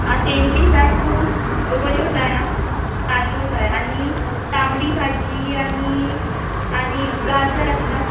आं तेंडली जाय पूण बऱ्यो जाय आं ताज्यो जाय आनी तांबडी भाजी आनी आनी गाजर आसा